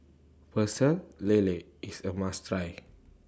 Pecel Lele IS A must Try